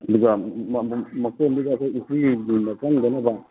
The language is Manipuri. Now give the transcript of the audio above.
ꯑꯗꯨꯒ ꯃꯀꯣꯟꯗꯨꯗ ꯑꯩꯈꯣꯏ ꯎꯆꯤꯒꯨꯝꯕ ꯆꯪꯗꯅꯕ